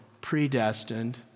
predestined